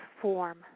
form